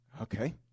Okay